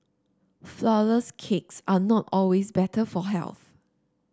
flourless cakes are not always better for health